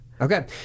Okay